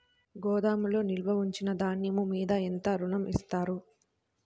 గోదాములో నిల్వ ఉంచిన ధాన్యము మీద ఎంత ఋణం ఇస్తారు?